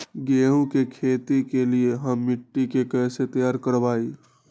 गेंहू की खेती के लिए हम मिट्टी के कैसे तैयार करवाई?